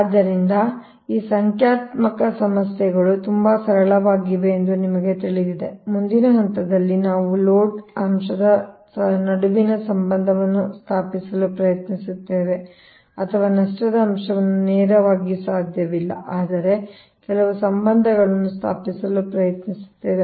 ಆದ್ದರಿಂದ ಈ ಸಂಖ್ಯಾತ್ಮಕ ಸಮಸ್ಯೆಗಳು ತುಂಬಾ ಸರಳವಾಗಿದೆ ಎಂದು ನಿಮಗೆ ತಿಳಿದಿದೆ ಮುಂದಿನ ಹಂತದಲ್ಲಿ ನಾವು ಲೋಡ್ ಅಂಶದ ನಡುವಿನ ಸಂಬಂಧವನ್ನು ಸ್ಥಾಪಿಸಲು ಪ್ರಯತ್ನಿಸುತ್ತೇವೆ ಅಥವಾ ನಷ್ಟದ ಅಂಶವು ನೇರವಾಗಿ ಸಾಧ್ಯವಿಲ್ಲ ಆದರೆ ಕೆಲವು ಸಂಬಂಧಗಳನ್ನು ಸ್ಥಾಪಿಸಲು ಪ್ರಯತ್ನಿಸುತ್ತೇವೆ